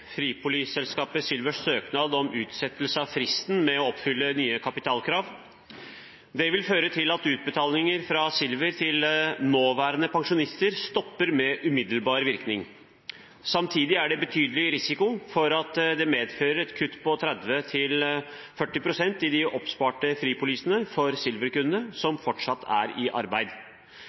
Silvers søknad om utsettelse av fristen med å oppfylle nye kapitalkrav. Det vil føre til at utbetalinger fra Silver til nåværende pensjonister stopper med umiddelbar virkning. Samtidig er det betydelig risiko for at det medfører et kutt på 30–40 pst. i de oppsparte fripolisene for Silver-kunder som fortsatt er i arbeid.